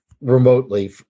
remotely